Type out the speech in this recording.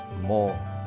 more